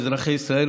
אזרחי ישראל,